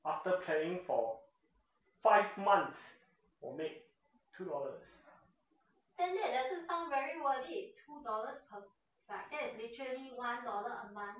after carrying for five months 我 make two dollars